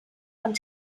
und